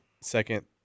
second